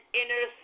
inner